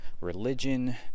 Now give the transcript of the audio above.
religion